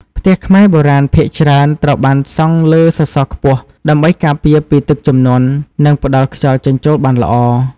ផ្ទះខ្មែរបុរាណភាគច្រើនត្រូវបានសង់លើសសរខ្ពស់ ដើម្បីការពារពីទឹកជំនន់ និងផ្តល់ខ្យល់ចេញចូលបានល្អ។